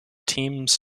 thames